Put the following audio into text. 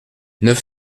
neuf